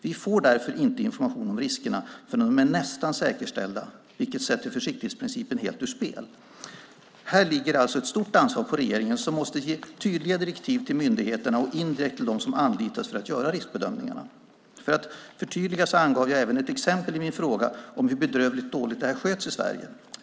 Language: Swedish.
Vi får därför inte information om riskerna förrän de är nästan säkerställda, vilket sätter försiktighetsprincipen helt ur spel. Här ligger ett stort ansvar på regeringen som måste ge tydliga direktiv till myndigheterna och indirekt till dem som anlitas för att göra riskbedömningarna. För att förtydliga angav jag även ett exempel i min fråga på hur bedrövligt dåligt detta sköts i Sverige.